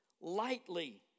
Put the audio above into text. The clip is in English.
lightly